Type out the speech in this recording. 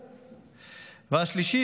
השלישי,